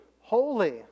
holy